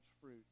fruit